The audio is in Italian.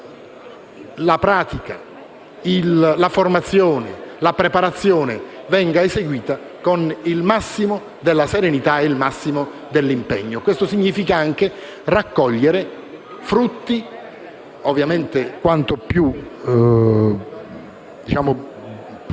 la pratica, la formazione, la preparazione, vengano eseguite con il massimo della serenità e dell'impegno. Questo significa anche raccogliere frutti, quanto più